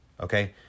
Okay